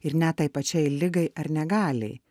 ir net tai pačiai ligai ar negaliai